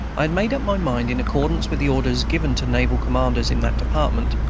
i had made up my mind, in accordance with the orders given to naval commanders in that department,